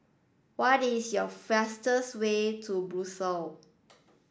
what is your fastest way to Brussels